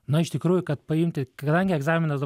na iš tikrųjų kad paimti kadangi egzaminas